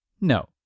No